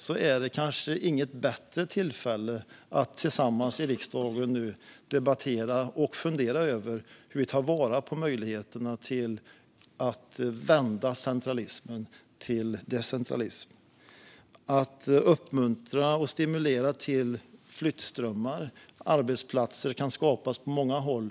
Det finns kanske inget bättre tillfälle än att nu tillsammans i riksdagen debattera och fundera över hur vi tar vara på möjligheterna till att vända centralismen till decentralism. Det handlar om att uppmuntra och stimulera till flyttströmmar så att arbetsplatser kan skapas på många håll.